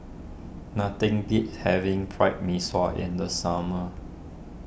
nothing beats having Pried Mee Sua in the summer